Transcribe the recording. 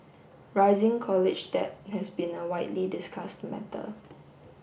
rising college debt has been a widely discussed matter